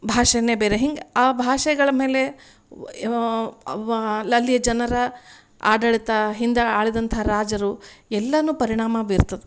ಭಾಷೆನೇ ಬೇರೆ ಹಿಂಗೆ ಆ ಭಾಷೆಗಳಮೇಲೆ ವಹ್ ವ್ವಾ ಅಲ್ಲಿಯ ಜನರ ಆಡಳಿತ ಹಿಂದೆ ಆಳಿದಂಥ ರಾಜರು ಎಲ್ಲಾ ಪರಿಣಾಮ ಬೀರ್ತದೆ